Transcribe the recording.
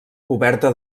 coberta